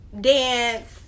dance